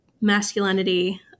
masculinity